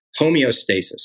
homeostasis